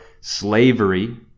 slavery